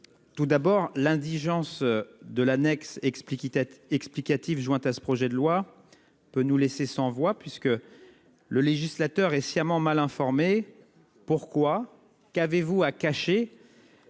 Tout d'abord l'indigence de l'annexe explique il tête explicatives jointes à ce projet de loi peut nous laisser sans voix puisque. Le législateur est sciemment mal informés. Pourquoi. Qu'avez-vous à cacher.